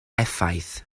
effaith